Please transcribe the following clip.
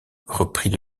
reprit